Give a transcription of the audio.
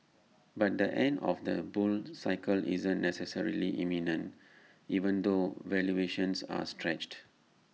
but the end of the bull cycle isn't necessarily imminent even though valuations are stretched